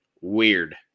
Weird